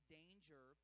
danger